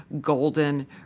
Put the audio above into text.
golden